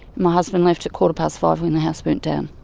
my husband left at quarter past five when the house burnt down.